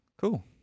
Cool